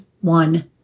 one